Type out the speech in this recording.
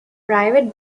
private